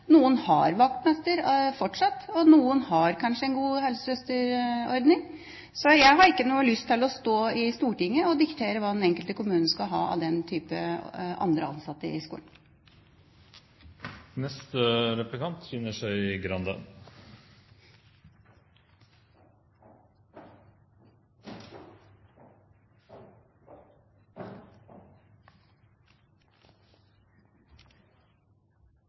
noen har vaktmester fortsatt, og noen har kanskje en god helsesøsterordning. Så jeg har ikke noen lyst til å stå i Stortinget og diktere hva den enkelte kommune skal ha av den type andre ansatte i